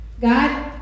God